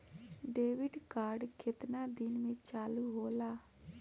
Debit card केतना दिन में चालु होला?